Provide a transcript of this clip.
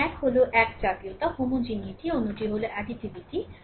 সুতরাং এক হল একজাতীয়তা অন্যটি হল অ্যাডিটিভিটি